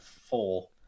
four